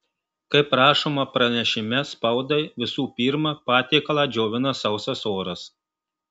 kaip rašoma pranešime spaudai visų pirma patiekalą džiovina sausas oras